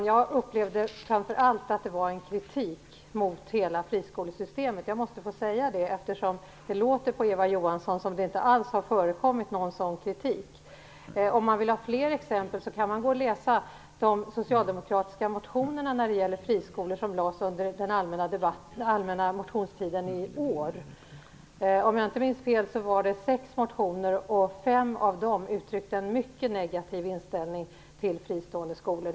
Jag upplevde framför allt att det riktades en kritik mot hela friskolesystemet. Jag måste få säga det, eftersom det på Eva Johansson låter som om det inte alls har förekommit någon sådan kritik. Om man vill ha fler exempel kan man leta bland de socialdemokratiska motioner om friskolor som väcktes under den allmänna motionstiden i år. Om jag inte minns fel var det sex motioner, och fem av dem uttryckte en mycket negativ inställning till fristående skolor.